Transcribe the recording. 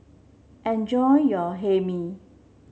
enjoy your Hae Mee